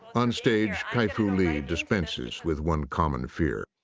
onstage, kai-fu lee dispenses with one common fear.